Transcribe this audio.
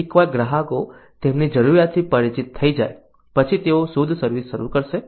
એકવાર ગ્રાહકો તેમની જરૂરિયાતથી પરિચિત થઈ જાય પછી તેઓ શોધ સર્વિસ શરૂ કરશે